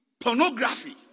pornography